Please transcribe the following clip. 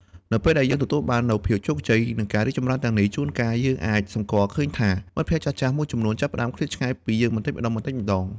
នៅពេលដែលយើងទទួលបាននូវភាពជោគជ័យ និងការរីកចម្រើនទាំងនេះ ជួនកាលយើងអាចសម្គាល់ឃើញថា មិត្តភក្តិចាស់ៗមួយចំនួនចាប់ផ្តើមឃ្លាតឆ្ងាយពីយើងបន្តិចម្តងៗ។